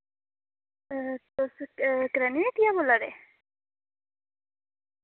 तुस करयाने दी हट्टिया बोल्ला दे